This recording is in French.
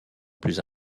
plus